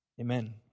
Amen